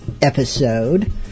episode